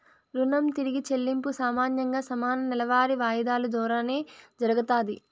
రుణం తిరిగి చెల్లింపు సామాన్యంగా సమాన నెలవారీ వాయిదాలు దోరానే జరగతాది